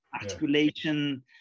articulation